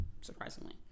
surprisingly